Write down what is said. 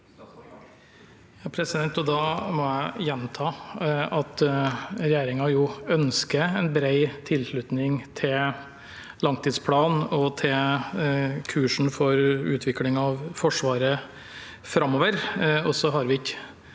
Da må jeg gjenta at regjeringen ønsker en bred tilslutning til langtidsplanen og til kursen for utvikling av Forsvaret framover.